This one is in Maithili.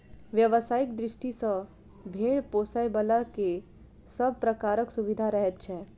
व्यवसायिक दृष्टि सॅ भेंड़ पोसयबला के सभ प्रकारक सुविधा रहैत छै